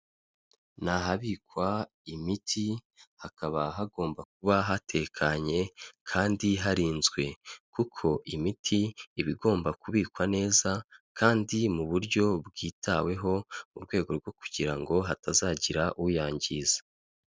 Ni ahabikwa imiti, hakaba hagomba kuba hatekanye kandi harinzwe kuko imiti iba igomba kubikwa neza kandi mu buryo bwitaweho mu rwego rwo kugira ngo hatazagira uyangiza.